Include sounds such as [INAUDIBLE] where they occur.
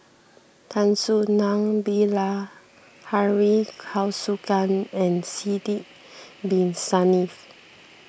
[NOISE] Tan Soo Nan Bilahari Kausikan and Sidek Bin Saniff